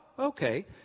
Okay